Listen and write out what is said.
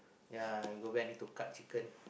ya go back I need to cut chicken